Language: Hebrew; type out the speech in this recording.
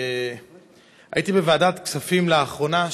הייתי בוועדת הכספים לאחרונה,